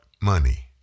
money